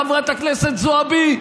חברת הכנסת זועבי,